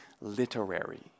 literary